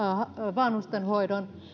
vanhustenhoidon